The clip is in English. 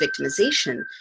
victimization